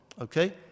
Okay